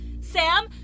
Sam